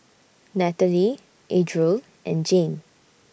Nataly Adriel and Jane